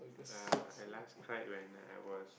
uh I last cried when I was